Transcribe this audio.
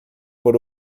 por